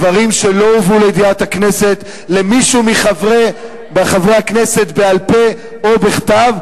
דברים שלא הובאו לידיעת הכנסת למישהו מחברי הכנסת בעל-פה או בכתב?